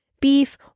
beef